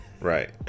right